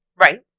Right